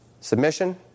submission